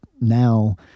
now